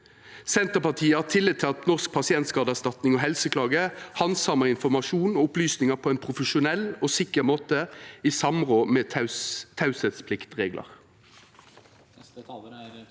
Senterpartiet har tillit til at Norsk pasientskadeerstatning og Helseklage handsamar informasjon og opplysningar på ein profesjonell og sikker måte i samråd med teiepliktreglane.